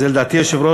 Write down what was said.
זו, אדוני היושב-ראש,